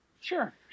Sure